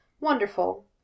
Wonderful